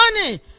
money